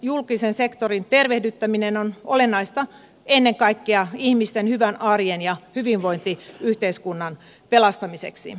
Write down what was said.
julkisen sektorin tervehdyttäminen on olennaista ennen kaikkea ihmisten hyvän arjen ja hyvinvointiyhteiskunnan pelastamiseksi